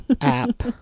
app